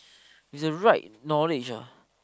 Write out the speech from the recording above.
with the right knowledge ah